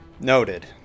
noted